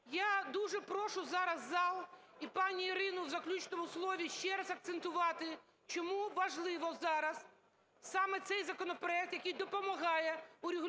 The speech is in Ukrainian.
Я дуже прошу зараз зал і пані Ірину в заключному слові ще раз акцентувати, чому важливо зараз саме цей законопроект, який допомагає урегулювати